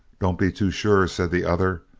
don't be too sure, said the other.